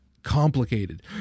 Complicated